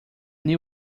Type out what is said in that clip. new